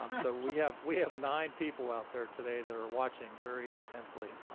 um so we have we have nine people out there today that are watching very intensely.